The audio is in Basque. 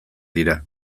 dira